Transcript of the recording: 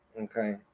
okay